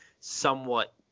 somewhat